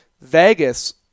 Vegas